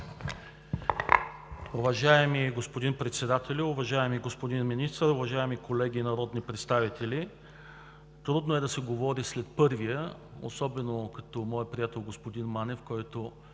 Уважаеми господин Председателю, уважаеми господин Министър, уважаеми колеги народни представители! Трудно е да се говори след първия, особено като моя приятел господин Манев, който